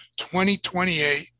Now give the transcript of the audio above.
2028